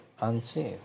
unsafe